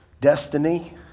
destiny